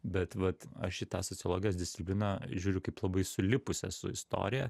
bet vat aš į tą sociologijos discipliną žiūriu kaip labai sulipusią su istorija